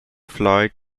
floyd